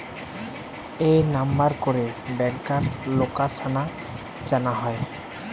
এই নাম্বার করে ব্যাংকার লোকাসান জানা যায়